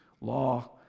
Law